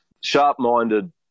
sharp-minded